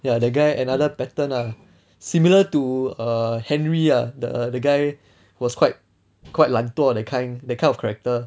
ya the guy another pattern ah similar to err henry ah the the guy was quite quite 懒惰 that kind that kind of character